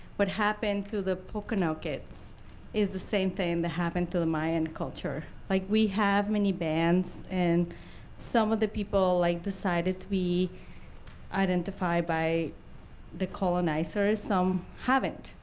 what happened to the pokanoket is the same thing that happened to the mayan culture. like we have many bands, and some of the people like decided to be identified by the colonizers, some haven't,